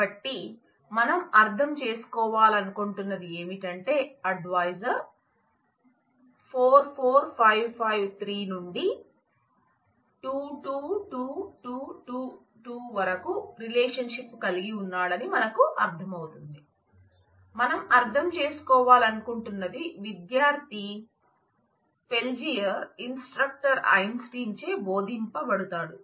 కాబట్టి మనం అర్థం చేసుకోవాలనుకుంటున్నది ఏమిటంటే అడ్వైజర్ ఐన్స్టీన్ చే భోదింప బడతాడు